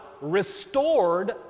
restored